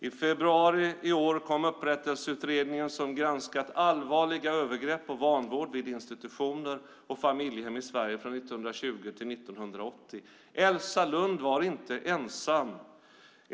I februari i år kom Upprättelseutredningen som har granskat allvarliga övergrepp och vanvård vid institutioner och familjehem i Sverige från 1920 till 1980. Elsa Lund var inte ensam.